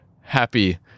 happy